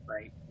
right